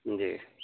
جی